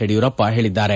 ಯಡಿಯೂರಪ್ಪ ಹೇಳಿದ್ದಾರೆ